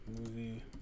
movie